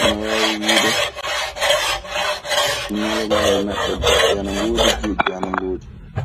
ana waawi wiide ñalawmaaji maɓɓe daɓɓi ana ngoodi, juutɗi ana ngoodi.